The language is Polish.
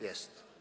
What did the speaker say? Jest.